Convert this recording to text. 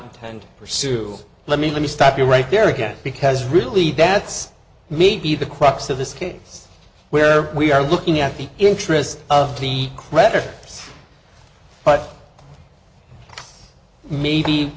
intend pursue let me let me stop you right there again because really that's may be the crux of this case where we are looking at the interests of the creditors but maybe